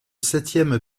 septième